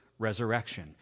resurrection